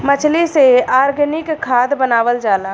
मछली से ऑर्गनिक खाद्य बनावल जाला